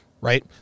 right